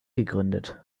gegründet